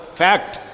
fact